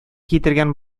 китергән